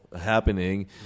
happening